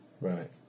Right